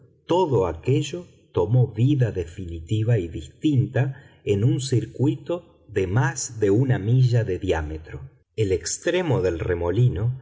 todo aquello tomó vida definitiva y distinta en un circuito de más de una milla de diámetro el extremo del remolino